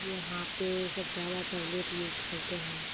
یہاں پہ سب زیادہ ٹبلیٹ یوز کرتے ہیں